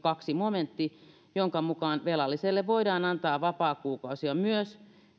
toinen momentti jonka mukaan velalliselle voidaan antaa vapaakuukausia myös